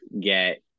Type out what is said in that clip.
get